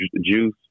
juice